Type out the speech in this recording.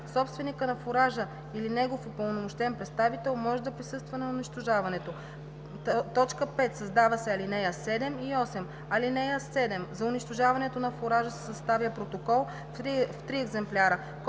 Собственикът на фуража или негов упълномощен представител може да присъства на унищожаването.“ 5. Създава се ал. 7 и 8: „(7) За унищожаването на фуража се съставя протокол в три екземпляра,